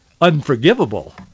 unforgivable